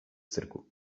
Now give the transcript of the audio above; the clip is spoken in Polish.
cyrku